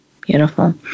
Beautiful